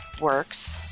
works